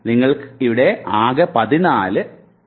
നിങ്ങൾക്ക് ഇവിടെ ആകെ 14 അക്കങ്ങളുണ്ട്